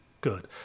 good